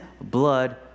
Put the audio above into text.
blood